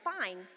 fine